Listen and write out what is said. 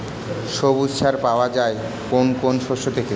সবুজ সার পাওয়া যায় কোন কোন শস্য থেকে?